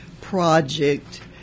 project